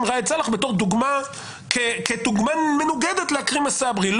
ראאד סלאח בתור דוגמה כדוגמה מנוגדת לעכרמה סברי.